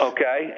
Okay